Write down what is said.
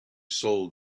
sold